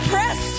Press